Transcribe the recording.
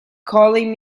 calling